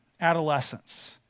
adolescence